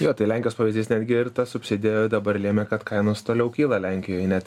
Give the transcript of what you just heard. jo tai lenkijos pavyzdys netgi ir ta subsidija dabar lėmė kad kainos toliau kyla lenkijoj net